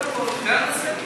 זה הכול, זה הנושא.